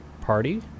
party